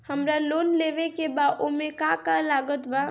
हमरा लोन लेवे के बा ओमे का का लागत बा?